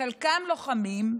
חלקם לוחמים,